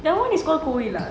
that [one] is called கோவிலா:kovilaa